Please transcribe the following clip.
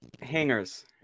hangers